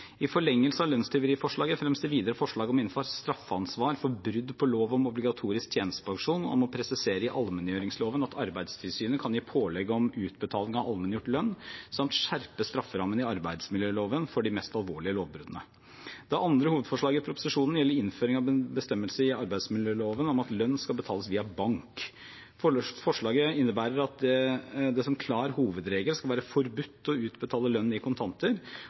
I forlengelsen av lønnstyveriforslaget fremmes det videre forslag om å innføre straffansvar for brudd på lov om obligatorisk tjenestepensjon, om å presisere i allmenngjøringsloven at Arbeidstilsynet kan gi pålegg om utbetaling av allmenngjort lønn, samt å skjerpe strafferammen i arbeidsmiljøloven for de mest alvorlige lovbruddene. Det andre hovedforslaget i proposisjonen gjelder innføring av en bestemmelse i arbeidsmiljøloven om at lønn skal betales via bank. Forslaget innebærer at det som klar hovedregel skal være forbudt å utbetale lønn i kontanter,